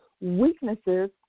weaknesses